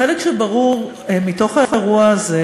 החלק הברור באירוע הזה